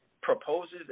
proposes